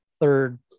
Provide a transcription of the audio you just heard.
third